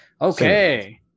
Okay